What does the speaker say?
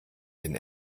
den